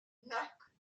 lorsque